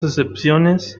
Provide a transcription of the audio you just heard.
excepciones